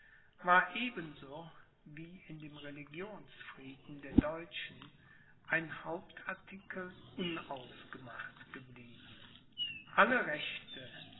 war eben so wie in dem religionsfrieden der deutschen ein hauptartikel unausgemacht geblieben alle rechte